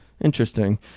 Interesting